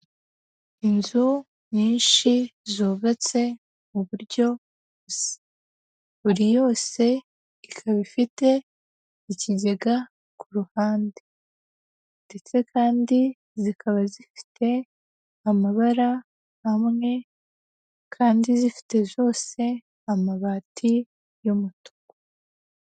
Inzu nyinshi zubatse mu buryo buri yose ikaba ifite ikigega ku ruhande, ndetse kandi zikaba zifite amabara amwe kandi zifite zose amabati y'umutuku.